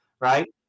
right